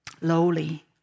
lowly